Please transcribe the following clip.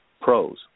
pros